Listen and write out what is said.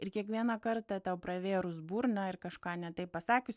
ir kiekvieną kartą tau pravėrus burną ir kažką ne taip pasakius